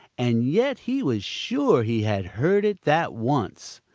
and yet he was sure he had heard it that once.